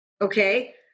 Okay